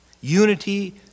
Unity